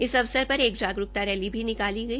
इस अवसर पर एक जागरूकता रैली भी निकाली गई